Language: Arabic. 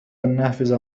النافذة